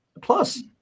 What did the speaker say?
plus